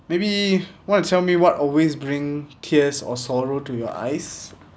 maybe want to tell me what always bring tears or sorrow to your eyes